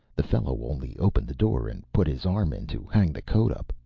the fellow only opened the door and put his arm in to hang the coat up.